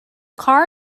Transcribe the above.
car